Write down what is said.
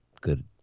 good